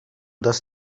dels